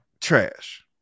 Trash